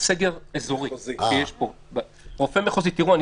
הרופא המחוזי, סגר אזורי.